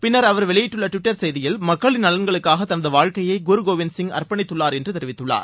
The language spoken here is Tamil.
பின்னர் அவர் வெளியிட்டுள்ள டிவிட்டர் செய்தியில் மக்களின் நலன்களுக்காக தனது வாழ்க்கையை குருகோவிந்த்சிங் அர்ப்பணித்துள்ளார் என்று தெரிவித்துள்ளார்